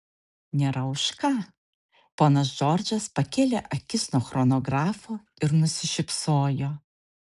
nėra už ką ponas džordžas pakėlė akis nuo chronografo ir nusišypsojo